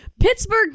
Pittsburgh